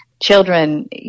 Children